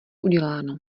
uděláno